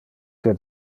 que